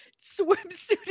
swimsuit